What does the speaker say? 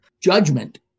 judgment